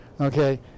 Okay